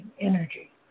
energy